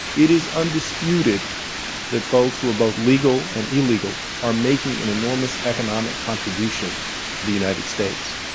it is undisputed that folks who are both legal and illegal are making an enormous economic contribution to the united states.